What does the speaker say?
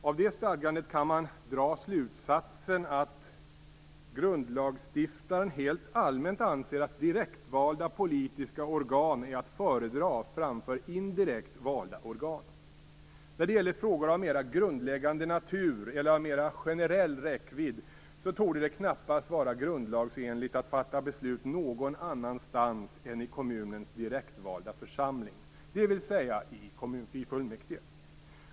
Av det stadgandet kan man dra slutsatsen att grundlagsstiftaren helt allmänt anser att direktvalda politiska organ är att föredra framför indirekt valda organ. När det gäller frågor av mer grundläggande natur eller av mera generell räckvidd torde det knappast vara grundlagsenligt att fatta beslut någon annanstans än i kommunens direktvalda församling, dvs. i fullmäktige.